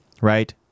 right